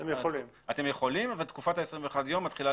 הן יכולות אבל תקופת ה-21 ימים מתחילה להימנות.